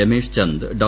Ramesh Chand Dr